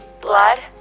Blood